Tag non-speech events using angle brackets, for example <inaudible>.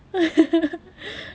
<laughs>